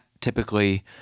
typically